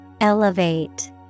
Elevate